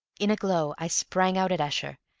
in a glow i sprang out at esher,